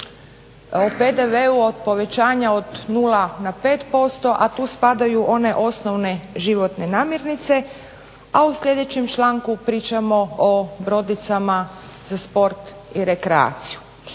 o PDV-u, o povećanju od 0 na 5%, a tu spadaju one osnovne životne namirnice, a u sljedećem članku pričamo o brodicama za sport i rekreaciju.